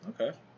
Okay